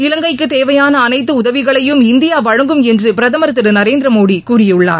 இலங்கைக்குத் தேவையான அனைத்து உதவிகளையும் இந்தியா வழங்கும் என்றும் பிரதமர் திரு நரேந்திர மோடி கூறியுள்ளார்